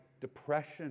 depression